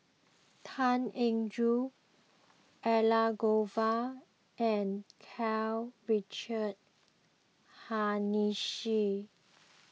Tan Eng Joo Elangovan and Karl Richard Hanitsch